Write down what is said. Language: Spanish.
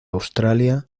australia